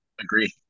Agree